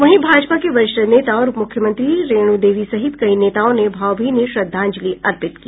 वहीं भाजपा के वरिष्ठ नेता और उपमुख्यमंत्री रेणु देवी सहित कई नेताओं ने भावभीनी श्रद्धांजलि अर्पित की